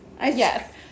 Yes